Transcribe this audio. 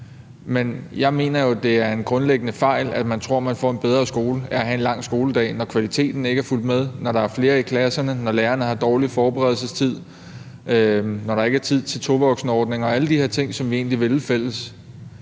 Men jeg mener jo, det er en grundlæggende fejl, hvis man tror, man får en bedre skole af at have en lang skoledag, når kvaliteten ikke er fulgt med, når der er flere i klasserne, når lærerne har dårlig forberedelsestid, og når der ikke er tid til to voksen-ordninger og alle de her ting, som vi egentlig vil i fællesskab.